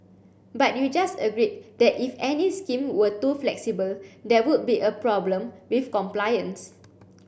but you just agreed that if any scheme were too flexible there would be a problem with compliance